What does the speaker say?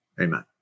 Amen